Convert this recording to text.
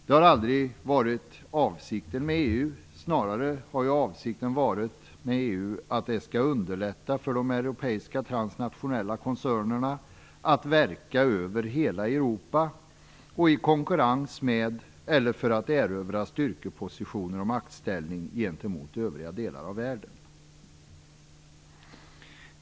Det har aldrig varit avsikten med EU. Snarare har avsikten med EU varit att underlätta för de europeiska transnationella koncernerna att verka över hela Europa i konkurrens med eller för att erövra styrkepositioner och maktställning gentemot övriga delar av världen.